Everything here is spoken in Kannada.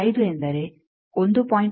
5 ಎಂದರೆ 1